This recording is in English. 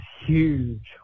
huge